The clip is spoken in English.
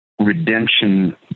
redemption